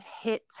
hit